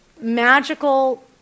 magical